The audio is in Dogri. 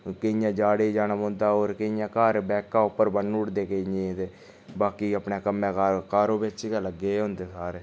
केइयें झाड़े जानै पौंदा होर केइयें घर बैह्का उप्पर बन्नी ओड़दे केइयें ते बाकी अपने कम्मै कारें कारो बिच्च गै लग्गे दे होंदे सारे